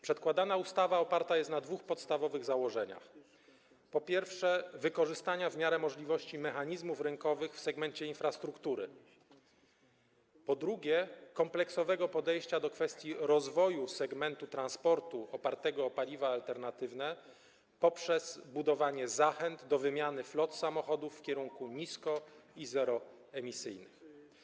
Przedkładana ustawa oparta jest na dwóch podstawowych założeniach: po pierwsze, wykorzystania, w miarę możliwości, mechanizmów rynkowych w segmencie infrastruktury, po drugie, kompleksowego podejścia do kwestii rozwoju segmentu transportu opartego o paliwa alternatywne poprzez budowanie zachęt do wymiany flot samochodów w kierunku nisko- i zeroemisyjnych.